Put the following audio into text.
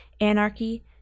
anarchy